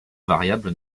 variable